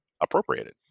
appropriated